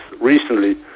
recently